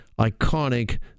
iconic